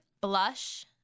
blush